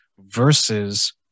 versus